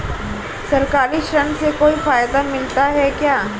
सरकारी ऋण से कोई फायदा मिलता है क्या?